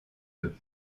peu